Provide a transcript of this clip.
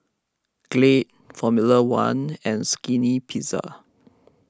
Glade formula one and Skinny Pizza